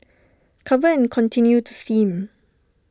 cover and continue to steam